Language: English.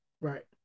Right